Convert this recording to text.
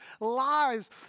lives